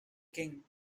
king